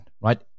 right